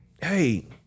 hey